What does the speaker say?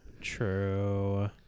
True